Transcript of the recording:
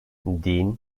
din